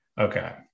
Okay